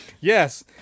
yes